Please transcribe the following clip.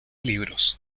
libros